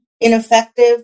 ineffective